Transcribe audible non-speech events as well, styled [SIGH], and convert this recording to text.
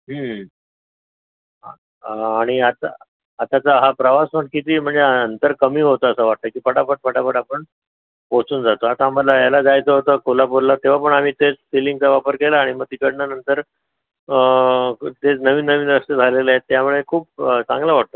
आ आणि आता आताचा हा प्रवास पण किती म्हणजे अंतर कमी होतं असं वाटतं आहे की पटापट पटापट आपण पोचून जातो आता आम्हाला ह्याला जायचं होतं कोल्हापूरला तेव्हा पण आम्ही तेच सिलिंगचा वापर केला म तिकडनं नंतर [UNINTELLIGIBLE] नवीन नवीन रस्ते झालेले आहेत त्यामुळे खूप चांगलं वाटतं